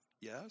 Yes